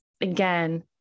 again